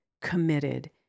committed